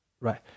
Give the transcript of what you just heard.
Right